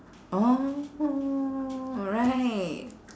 oh right